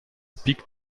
picked